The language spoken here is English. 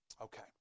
Okay